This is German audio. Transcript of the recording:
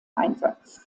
einsatz